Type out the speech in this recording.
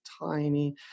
tiny